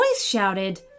shouted